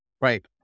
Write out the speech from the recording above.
right